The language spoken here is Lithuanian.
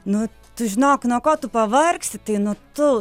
nu tu žinok nuo ko tu pavargsi tai nutols nuo tų